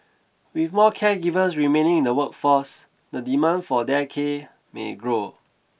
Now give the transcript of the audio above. with more caregivers remaining in the workforce the demand for dare care may grow